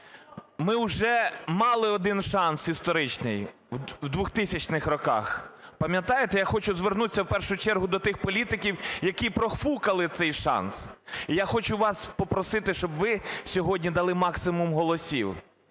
Ми вже мали один шанс історичний в двохтисячних роках. Пам'ятаєте? Я хочу звернутися в першу чергу до тих політиків, які профукали цей шанс. Я хочу вас попросити, щоб ви сьогодні дали максимум голосів.